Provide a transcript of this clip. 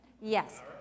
Yes